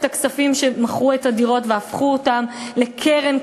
הכספים כשמכרו את הדירות והפכו אותם לקרן,